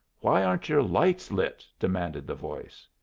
why aren't your lights lit? demanded the voice.